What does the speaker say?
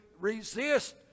resist